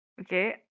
Okay